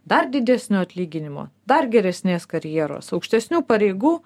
dar didesnio atlyginimo dar geresnės karjeros aukštesnių pareigų